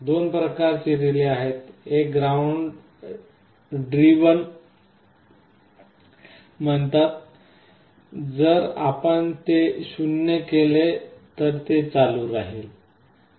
दोन प्रकारचे रिले आहेत एकला ग्राउंड ड्राईव्हन म्हणतात जर आपण ते 0 केले तर ते चालू राहील